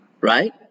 Right